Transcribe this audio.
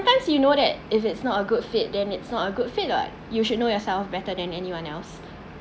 fans you know that if it's not a good fit then it's not a good fit [what] you should know yourself better than anyone else